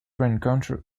rencontre